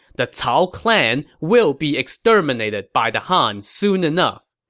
the cao clan will be exterminated by the han soon enough.